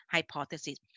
Hypothesis